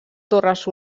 torres